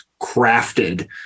crafted